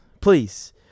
Please